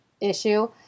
issue